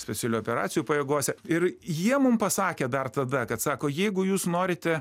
specialių operacijų pajėgose ir jie mum pasakė dar tada kad sako jeigu jūs norite